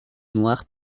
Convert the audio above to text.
noir